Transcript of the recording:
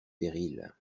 périls